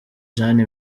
jane